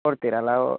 ಕೊಡ್ತಿರಲ್ಲಾ ಓ